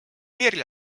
piiril